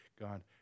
God